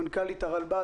מנכ"לית הרלב"ד,